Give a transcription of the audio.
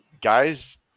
guys